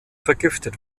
vergiftet